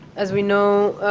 as we know,